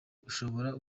ushobora